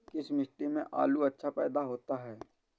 किस मिट्टी में आलू अच्छा पैदा होता है?